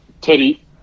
Teddy